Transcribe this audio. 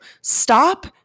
Stop